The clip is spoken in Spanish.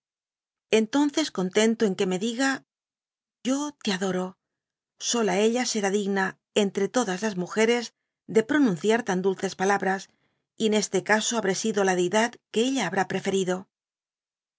google tentó en que me diga a yo te adoro sola ella será digna entre todas las múgeres de pronunciar tan dulces palabras y en este caso habrti sido la deidad que ella habrá preferido